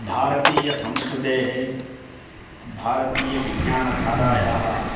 भारतीयसंस्कृतेः भारतीयविज्ञानधारायाः